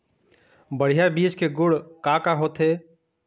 बढ़िया बीज के गुण का का होथे?